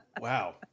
Wow